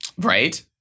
Right